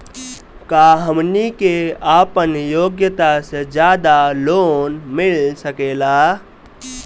का हमनी के आपन योग्यता से ज्यादा लोन मिल सकेला?